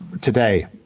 Today